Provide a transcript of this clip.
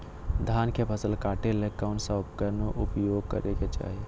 धान के फसल काटे ला कौन उपकरण उपयोग करे के चाही?